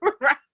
right